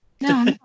no